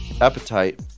appetite